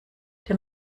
der